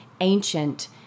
ancient